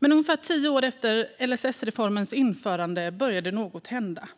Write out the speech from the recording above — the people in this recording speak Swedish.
Ungefär tio år efter LSS-reformens införande började något hända.